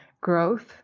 growth